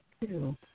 two